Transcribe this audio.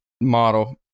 model